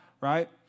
right